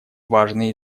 важные